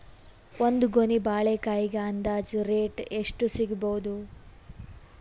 ಒಂದ್ ಗೊನಿ ಬಾಳೆಕಾಯಿಗ ಅಂದಾಜ ರೇಟ್ ಎಷ್ಟು ಸಿಗಬೋದ?